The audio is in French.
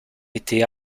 était